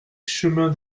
chemin